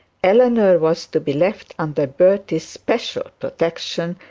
eleanor was to be left under bertie's special protection,